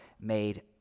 made